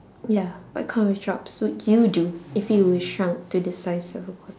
ya what kind of jobs would you do if you were shrunk to the size of a quart~